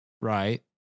right